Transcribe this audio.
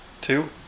Two